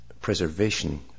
preservation